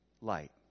light